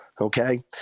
okay